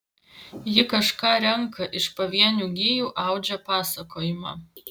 ji kažką renka iš pavienių gijų audžia pasakojimą